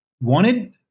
wanted